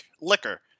liquor